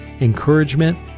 encouragement